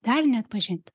dar neatpažinta